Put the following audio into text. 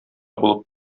булып